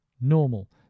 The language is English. normal